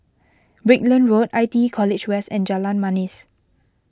Brickland Road I T E College West and Jalan Manis